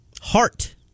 Heart